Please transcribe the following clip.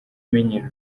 amenyera